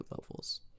levels